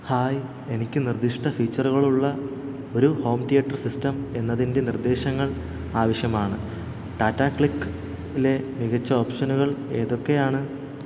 hi എനിക്ക് നിർദ്ദിഷ്ട ഫീച്ചറുകളുള്ള ഒരു ഹോം തിയേറ്റർ സിസ്റ്റം എന്നതിന്റെ നിർദ്ദേശങ്ങൾ ആവശ്യമാണ് ടാറ്റ ക്ലിക്ക് ലെ മികച്ച ഓപ്ഷനുകൾ ഏതൊക്കെയാണ്